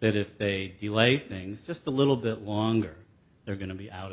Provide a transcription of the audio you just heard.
that if they delay things just a little bit longer they're going to be out